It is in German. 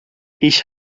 ich